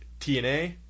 TNA